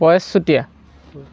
Paresh Chutia